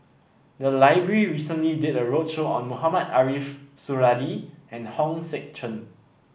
the library recently did a roadshow on Mohamed Ariff Suradi and Hong Sek Chern